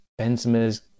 Benzema's